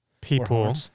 People